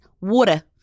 water